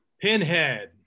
Pinhead